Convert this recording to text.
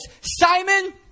Simon